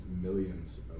millions